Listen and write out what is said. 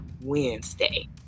Wednesday